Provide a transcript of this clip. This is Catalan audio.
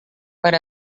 per